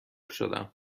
شدم